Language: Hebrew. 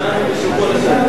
יהיו חייבים,